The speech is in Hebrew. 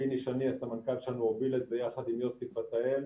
פיני שני הסמנכ"ל שלנו הוביל את זה יחד עם יוסי פתאל.